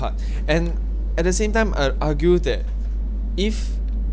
part and at the same time I'd argue that if